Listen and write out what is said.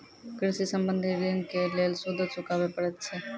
कृषि संबंधी ॠण के लेल सूदो चुकावे पड़त छै?